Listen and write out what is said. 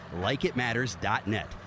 Likeitmatters.net